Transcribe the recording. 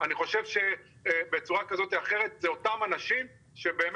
אני חושב שבצורה כזו או אחרת אלו אותם אנשים --- את